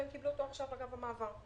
וקיבלו אותו עכשיו אגב המעבר,